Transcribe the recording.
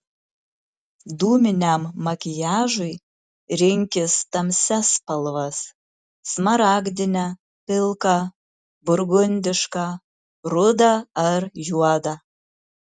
dūminiam makiažui rinkis tamsias spalvas smaragdinę pilką burgundišką rudą ar juodą